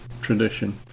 tradition